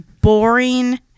boring